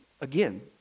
Again